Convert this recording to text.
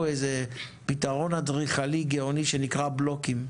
פתרון אדריכלי גאוני שנקרא בלוקים,